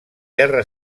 guerra